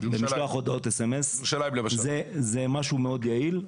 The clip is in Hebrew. במשלוח הודעות SMS. זה משהו מאוד יעיל.